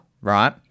right